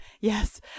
Yes